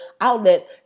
outlets